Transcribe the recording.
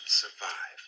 survive